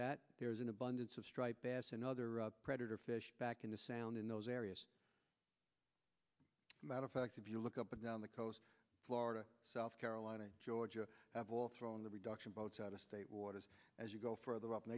that there was an abundance of striped bass and other predator fish back in the sound in those areas matter of fact if you look up down the coast florida south carolina and georgia have all thrown the reduction boats out of state waters as you go further up